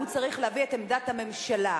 הוא צריך להביא את עמדת הממשלה.